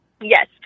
Yes